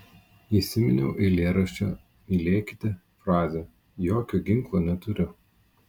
įsiminiau eilėraščio mylėkite frazę jokio ginklo neturiu